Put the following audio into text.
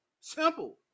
Simple